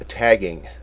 tagging